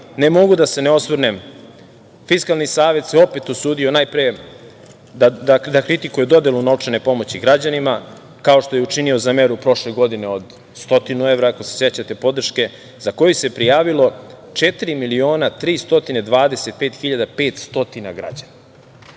ne mogu da se ne osvrnem Fiskalni savet se opet usudio najpre da kritikuje dodelu novčane pomoći građanima, kao što je učinio za meru prošle godine od 100 evra podrške, ako se sećate, za koju se prijavilo 4.325.500 građana.